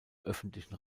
öffentlichen